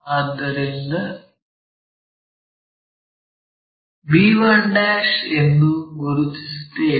ಆದ್ದರಿಂದ b1 ಎಂದು ಗುರುತಿಸುತ್ತೇವೆ